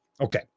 okay